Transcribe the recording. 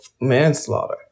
manslaughter